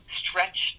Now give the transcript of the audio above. stretch